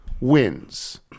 wins